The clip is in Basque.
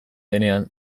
denean